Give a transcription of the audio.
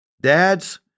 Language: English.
dads